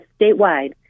statewide